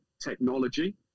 technology